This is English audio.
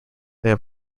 they